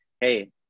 hey